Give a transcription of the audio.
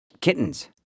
kittens